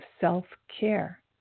self-care